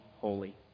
holy